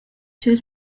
tgei